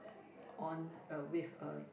on a with a